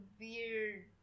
weird